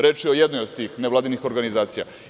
Reč je o jednoj od tih nevladinih organizacija.